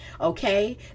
okay